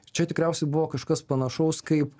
čia tikriausiai buvo kažkas panašaus kaip